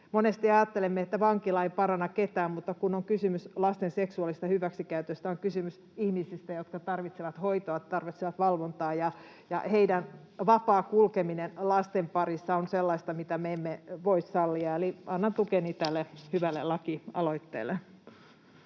monesti ajattelemme, että vankila ei paranna ketään, mutta kun on kysymys lasten seksuaalisesta hyväksikäytöstä, on kysymys ihmisistä, jotka tarvitsevat hoitoa, tarvitsevat valvontaa, ja näiden ihmisten vapaa kulkeminen lasten parissa on sellaista, mitä me emme voi sallia. Eli annan tukeni tälle hyvälle lakialoitteelle.